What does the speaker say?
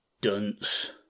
dunce